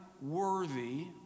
worthy